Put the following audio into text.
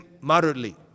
moderately